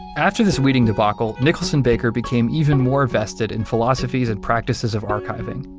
after this weeding debacle, nicholson baker became even more vested in philosophies and practices of archiving,